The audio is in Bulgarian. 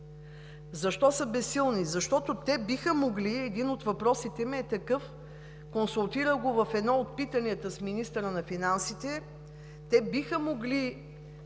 Защо са безсилни? Защото те биха могли – единият от въпросите ми е такъв, консултирах го в едно от питанията с министъра на финансите – да направят